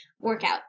workout